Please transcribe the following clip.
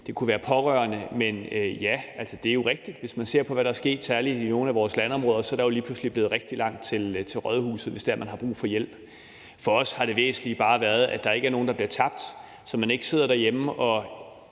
det kunne være pårørende. Men ja, det er jo rigtigt, at hvis man ser på, hvad der er sket, særlig i nogle af vores landområder, er der jo lige pludselig blevet rigtig langt til rådhuset, hvis man har brug for hjælp. For os har det væsentlige bare været, at der ikke er nogen, der bliver tabt, fordi de sidder derhjemme og